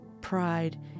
pride